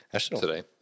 today